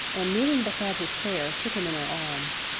and, kneeling beside his chair, took him in her arms.